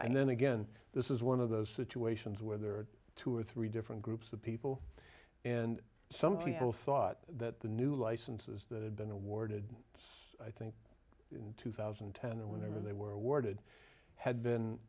and then again this is one of those situations where there are two or three different groups of people and some people thought that the new licenses that had been awarded it's i think in two thousand and ten whenever they were awarded had been